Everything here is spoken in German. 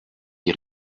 die